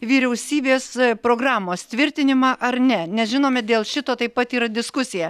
vyriausybės programos tvirtinimą ar ne nes žinome dėl šito taip pat yra diskusija